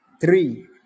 Three